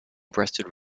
breasted